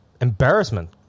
embarrassment